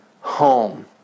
home